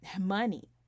money